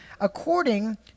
according